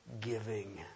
giving